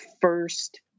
first